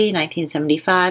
1975